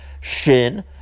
Shin